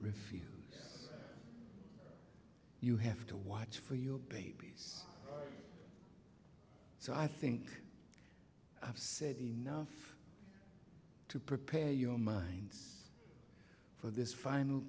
refuse you have to watch for your babies so i think i've said enough to prepare your minds for this final